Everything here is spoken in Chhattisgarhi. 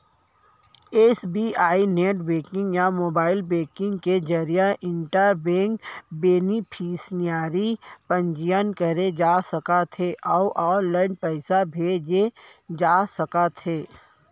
एस.बी.आई नेट बेंकिंग या मोबाइल बेंकिंग के जरिए इंटर बेंक बेनिफिसियरी पंजीयन करे जा सकत हे अउ ऑनलाइन पइसा भेजे जा सकत हे